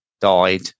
died